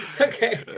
okay